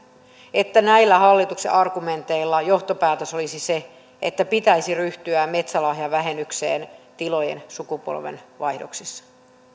että näillä hallituksen argumenteilla johtopäätös olisi se että pitäisi ryhtyä metsälahjavähennykseen tilojen sukupolvenvaihdoksissa